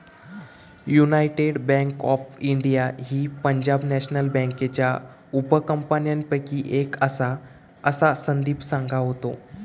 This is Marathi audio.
युनायटेड बँक ऑफ इंडिया ही पंजाब नॅशनल बँकेच्या उपकंपन्यांपैकी एक आसा, असा संदीप सांगा होतो